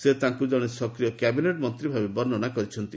ସେ ତାଙ୍କୁ ଜଣେ ସକ୍ରିୟ କ୍ୟାବିନେଟ୍ ମନ୍ତ୍ରୀ ଭାବେ ବର୍ଣ୍ଣନା କରିଛନ୍ତି